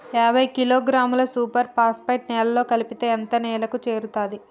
యాభై కిలోగ్రాముల superphosphate నేలలో కలిపితే ఎంత నేలకు చేరుతది?